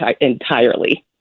entirely